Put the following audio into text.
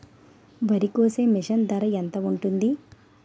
వరి కోసే మిషన్ ధర ఎంత ఉంటుంది?